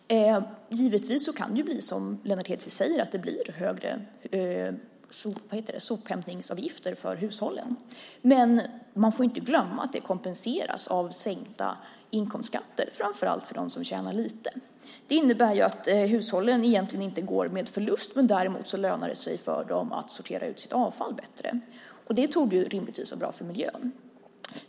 Givetvis kan det bli som Lennart Hedquist säger att sophämtningsavgifterna för hushållen blir högre, men man får inte glömma att det kompenseras av sänkta inkomstskatter för framför allt dem som tjänar lite. Det innebär att hushållen egentligen inte går med förlust, men däremot lönar det sig för dem att sortera sitt avfall bättre. Det torde rimligtvis vara bra för miljön.